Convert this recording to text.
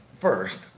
first